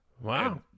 Wow